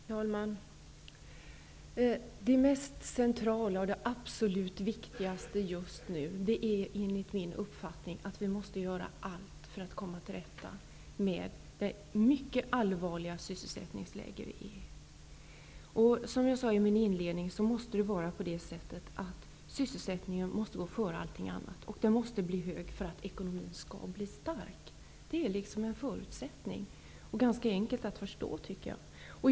Herr talman! Det mest centrala och absolut viktigaste just nu är enligt min uppfattning att vi måste göra allt för att komma till rätta med det mycket allvarliga sysselsättningsläge som vi befinner oss i. Som jag sade i min inledning måste sysselsättningsfrågan gå före allt annat. Sysselsättningen måste bli hög för att ekonomin skall bli stark. Detta är en förutsättning som är ganska enkel att förstå.